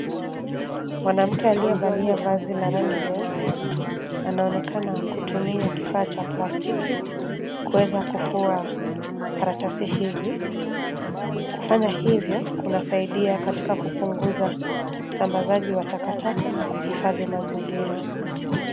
Mwanamke aliyevalia vazi la rangi nyeusi anaonekana kutumia kifaa cha plastiki kuweza kuvua karatasi hizi. Kufanya hivyo kunasaidia katika kupunguza usambazaji wa takataka na kuhifadhi mazingira.